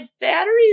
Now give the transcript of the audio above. batteries